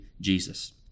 Jesus